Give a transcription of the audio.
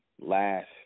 last